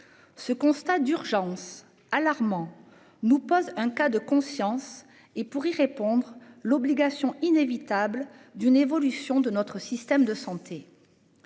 Ce constat d'urgence alarmant nous pose un cas de conscience et pour y répondre, l'obligation inévitables d'une évolution de notre système de santé.